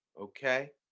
okay